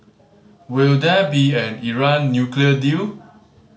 will there be an Iran nuclear deal